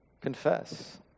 Confess